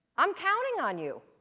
i'm counting on you.